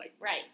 Right